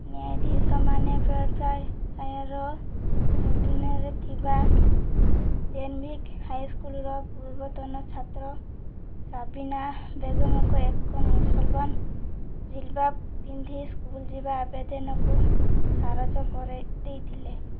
ନ୍ୟାୟାଧୀଶ ମାନେ ବେଡ଼ଫାର୍ଡ଼୍ ଶାୟାର୍ର ଲ୍ୟୁଟନ୍ରେ ଥିବା ଡେନ୍ବିଘ୍ ହାଇସ୍କୁଲର ପୂର୍ବତନ ଛାତ୍ର ଶାବିନା ବେଗମ୍ଙ୍କ ଏକ ମୁସଲମାନ ଜିଲ୍ବାବ୍ ପିନ୍ଧି ସ୍କୁଲ ଯିବାର ଆବେଦନକୁ ଖାରଜ କରିଦେଇଥିଲେ